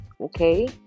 Okay